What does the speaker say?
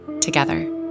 together